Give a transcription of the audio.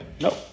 Nope